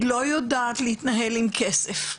היא לא יודעת להתנהל עם כסף.